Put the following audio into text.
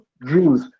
dreams